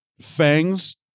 fangs